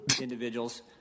Individuals